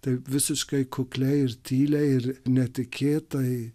taip visiškai kukliai ir tyliai ir netikėtai